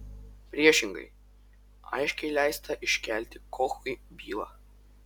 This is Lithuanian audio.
priešingai aiškiai leista iškelti kochui bylą